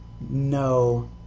no